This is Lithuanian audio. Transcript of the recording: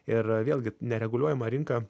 ir vėlgi nereguliuojama rinka